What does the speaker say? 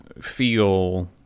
feel